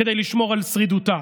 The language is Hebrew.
כדי לשמור על שרידותה,